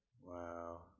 Wow